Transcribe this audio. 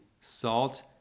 salt